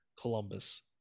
columbus